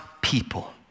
people